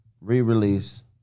re-release